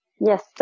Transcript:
yes